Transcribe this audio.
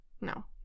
No